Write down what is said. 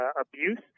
abuse